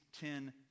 Ten